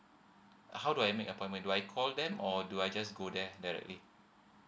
how do I make appointment do I call them or do I just go there directly